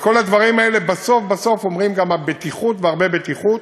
וכל הדברים האלה בסוף בסוף גם אומרים בטיחות והרבה בטיחות,